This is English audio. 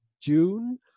June